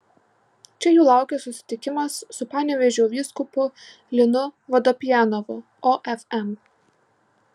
čia jų laukia susitikimas su panevėžio vyskupu linu vodopjanovu ofm